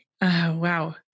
Wow